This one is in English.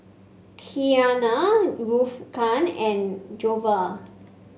Kiana and